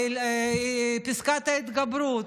פסקת ההתגברות,